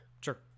Sure